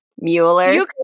Mueller